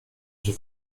sui